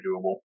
doable